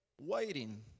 waiting